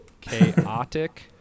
Chaotic